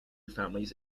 families